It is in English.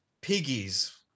piggies